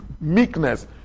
meekness